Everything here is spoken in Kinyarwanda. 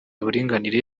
uburinganire